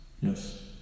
Yes